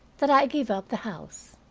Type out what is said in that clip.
that i give up the house.